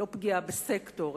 לא פגיעה בסקטור,